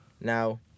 Now